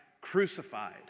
crucified